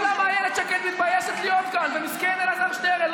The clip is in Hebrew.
אינה נוכחת אלעזר שטרן,